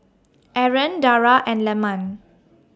Aaron Dara and Leman